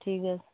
ঠিক আছে